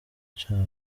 cabo